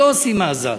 לא עושים מאזן.